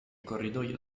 corridoio